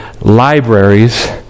libraries